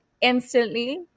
instantly